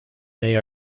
they